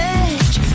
edge